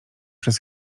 przez